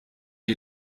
die